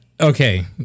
okay